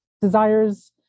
desires